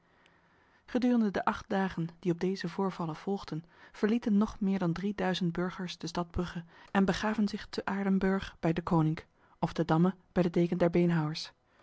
gedurende de acht dagen die op deze voorvallen volgden verlieten nog meer dan drieduizend burgers de stad brugge en begaven zich te aardenburg bij deconinck ofte damme bij de deken der beenhouwers